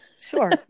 sure